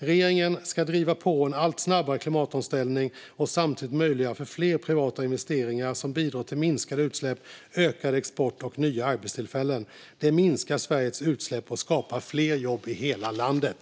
Regeringen ska driva på en allt snabbare klimatomställning och samtidigt möjliggöra fler privata investeringar som bidrar till minskade utsläpp, ökad export och nya arbetstillfällen. Det minskar Sveriges utsläpp och skapar fler jobb i hela landet.